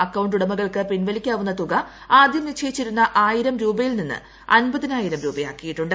account ഉടമകൾക്ക് പിൻവലിക്ക്ാവുന്ന തുക ആദ്യം നിശ്ചയിച്ചിരുന്ന ആയിരം രൂപയിൽ നിന്ന് അൻപ്തിനായിരം രൂപയാക്കിയിട്ടുണ്ട്